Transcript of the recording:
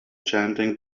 chanting